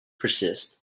persist